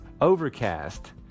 Overcast